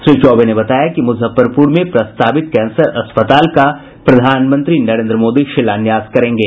श्री चौबे ने बताया कि मुजफ्फरपुर में प्रस्तावित कैंसर अस्पताल का प्रधानमंत्री नरेन्द्र मोदी शिलान्यास करेंगे